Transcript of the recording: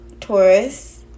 taurus